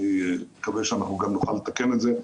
אני מקווה שגם נוכל לתקן את זה,